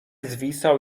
zwisał